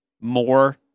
more